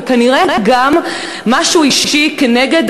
וכנראה גם משהו אישי כנגד